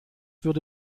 würde